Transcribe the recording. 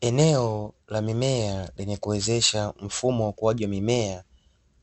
Eneo la mimea lenye kuwezesha mfumo wa ukuaji wa mimea